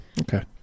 Okay